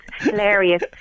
hilarious